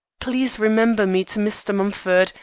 please remember me to mr. mumford,